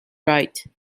right